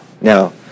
Now